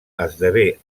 esdevé